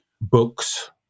books